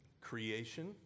creation